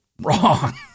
Wrong